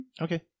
Okay